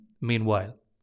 meanwhile